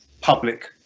public